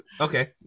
okay